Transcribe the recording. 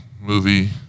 movie